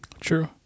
True